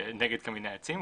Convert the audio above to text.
נגד קמיני העצים,